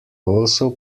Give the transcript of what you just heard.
also